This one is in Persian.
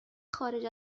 خارج